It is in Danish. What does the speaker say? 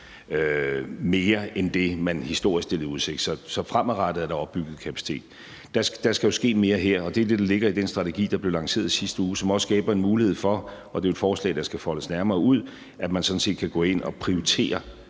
mere end det, man historisk stillede i udsigt. Så fremadrettet er der opbygget kapacitet. Der skal jo ske mere her, og det er det, der ligger i den strategi, der blev lanceret i sidste uge, som også skaber en mulighed for – og det er jo et forslag, der skal foldes nærmere ud – at man sådan set kan gå ind og prioritere